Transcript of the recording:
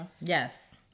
Yes